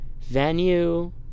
venue